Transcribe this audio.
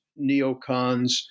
neocons